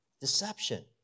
Deception